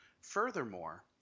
Furthermore